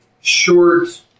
short